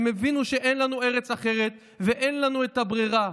הם הבינו שאין לנו ארץ אחרת ואין לנו את הברירה,